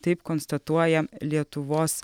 taip konstatuoja lietuvos